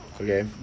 Okay